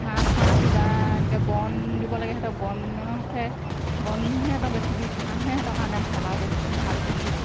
ঘাঁহ চাহ কিবা এনেকৈ বন দিব লাগে সিহঁতক বনহে বনহে সিঁহতৰ বেছিকৈ ঘাঁহে সিহঁতৰ কাৰণে ভাল আৰু বেছি ভাল বেছি